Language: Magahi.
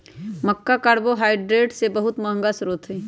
मक्का कार्बोहाइड्रेट के बहुत अच्छा स्रोत हई